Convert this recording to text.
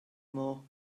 more